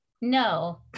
no